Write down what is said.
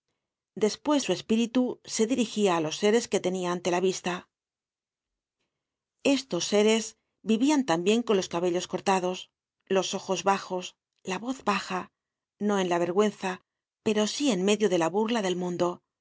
despues su espíritu se dirigia á los seres que tenia ante la vista estos seres vivian tambien con los cabellos cortados los ojos bajos la voz baja no en la vergüenza pero sí en medio de la burla del mundo